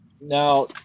Now